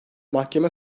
mahkeme